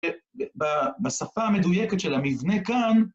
בשפה המדויקת של המבנה כאן,